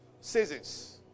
Seasons